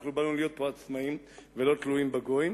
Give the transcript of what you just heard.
אנחנו באנו להיות פה עצמאים ולא תלויים בגויים,